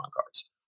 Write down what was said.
cards